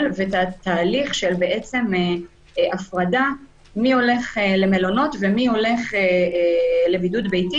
ואת התהליך של הפרדה מי הולך למלונות ומי הולך לבידוד ביתי,